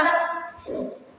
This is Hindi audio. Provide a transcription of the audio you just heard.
कुत्ता